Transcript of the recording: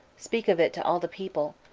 speak of it to all the people,